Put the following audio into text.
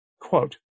Quote